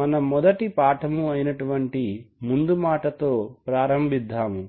మన మొదటి పాఠము అయినటువంటి ముందుమాట తో ప్రారంభిద్దాము